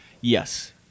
Yes